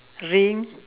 ring